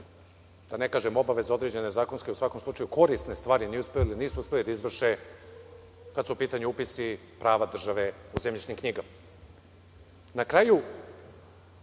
da ne kažem obaveze, određene zakonske, u svakom slučaju korisne stvari. Nisu uspeli da izvrše kada su u pitanju upisi prava države u zemljišnim knjigama. Na kraju,